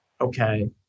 okay